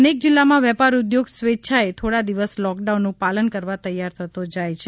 અનેક જિલ્લા માં વેપાર ઉદ્યોગ સ્વે ચ્છાએ થોડા દિવસ લોક ડાઉનનું પાલન કરવા તૈયાર થતો જાય છે